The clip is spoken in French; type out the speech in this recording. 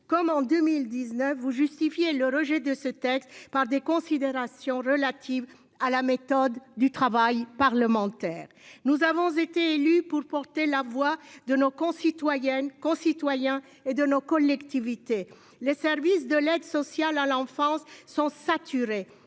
Comme en 2019 vous justifier le rejet de ce texte par des considérations relatives à la méthode du travail parlementaire. Nous avons été élus pour porter la voix de nos concitoyennes concitoyens et de nos collectivités. Les services de l'aide sociale à l'enfance sont saturés